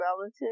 relative